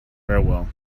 farewell